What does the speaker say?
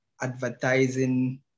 advertising